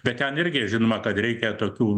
bet ten irgi žinoma kad reikia tokių